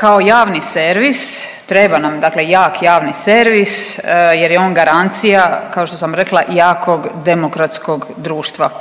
kao javni servis, treba nam dakle jak javni servis jer je on garancija kao što sam rekla jakog demokratskog društva